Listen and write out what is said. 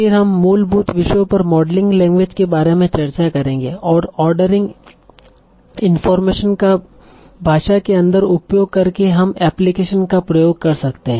फिर हम मूलभूत विषय पर मॉडलिंग लैंग्वेज के बारे में चर्चा करेंगे और ओर्ड़ेरिंग इनफार्मेशन का भाषा के अंदर उपयोग कर के हम एप्लीकेशन का प्रयोग कर सकते है